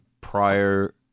prior